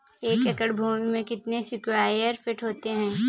एक एकड़ भूमि में कितने स्क्वायर फिट होते हैं?